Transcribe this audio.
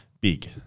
big